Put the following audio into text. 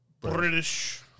British